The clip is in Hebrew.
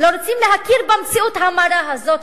לא רוצים להכיר במציאות המרה הזאת,